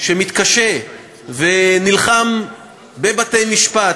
שמתקשה ונלחם בבתי-משפט,